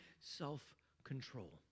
self-control